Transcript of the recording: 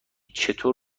چطور